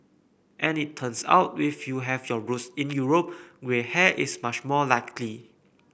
and it turns out if you have your roots in Europe grey hair is much more likely